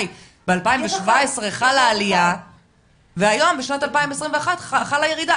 ב-2017 חלה עלייה והיום, בשנת 2021, חלה ירידה.